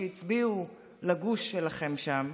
שהצביעו לגוש שלכם שם,